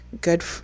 good